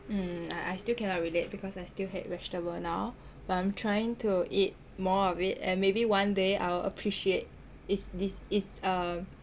mm I I still cannot relate because I still hate vegetable now but I'm trying to eat more of it and maybe one day I will appreciate it's this is um